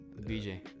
BJ